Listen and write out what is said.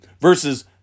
versus